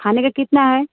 खाने का कितना है